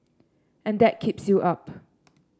and that keeps you up